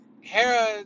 Hera